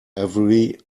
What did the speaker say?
every